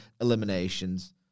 eliminations